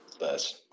Less